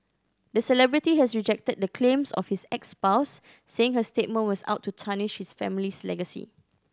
the celebrity has rejected the claims of his ex spouse saying her statement was out to tarnish his family's legacy